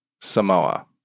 Samoa